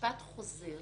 למשפט חוזר